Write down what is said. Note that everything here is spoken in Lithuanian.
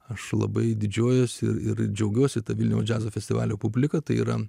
aš labai didžiuojuosi ir džiaugiuosi ta vilniaus džiazo festivalio publika tai yra